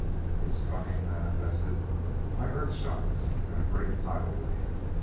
its coming manifested by earth shocks and a great tidal wave.